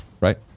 right